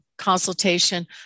consultation